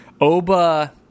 Oba